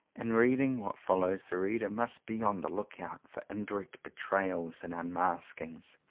in reading what follows the reader must be on the lookout for indirect betrayals and unmaskings.